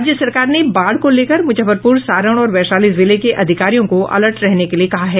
राज्य सरकार ने बाढ़ को लेकर मुजफ्फरपुर सारण और वैशाली जिले के अधिकारियों को अलर्ट रहने के लिए कहा है